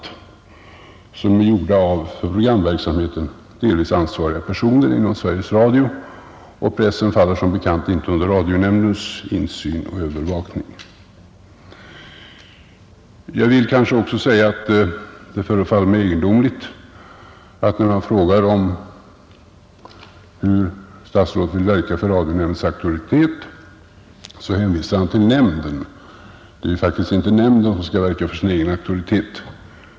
— som är gjorda av för programverksamheten delvis ansvariga personer inom Sveriges Radio. Pressen faller som bekant inte under radionämndens insyn och övervakning. Jag vill kanske också säga att det förefaller mig egendomligt att när man frågar om hur statsrådet vill verka för radionämndens auktoritet, hänvisar han till nämnden. Det är faktiskt inte nämnden som skall verka för sin egen auktoritet.